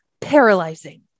paralyzing